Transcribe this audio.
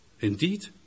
Indeed